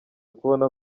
kubona